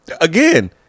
again